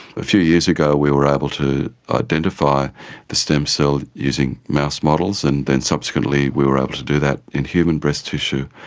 a few years ago we were able to identify the stem cell using mouse models and then subsequently we were able to do that in human breast tissue.